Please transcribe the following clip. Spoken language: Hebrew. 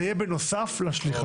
זה יהיה בנוסף לשליחה.